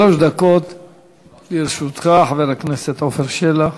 שלוש דקות לרשותך, חבר הכנסת עפר שלח.